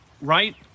right